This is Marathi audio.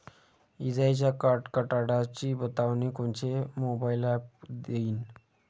इजाइच्या कडकडाटाची बतावनी कोनचे मोबाईल ॲप देईन?